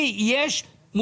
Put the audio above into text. לי יש הבדל,